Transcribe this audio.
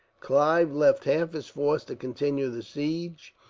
clive left half his force to continue the siege,